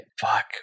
fuck